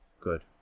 Good